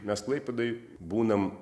mes klaipėdaj būnam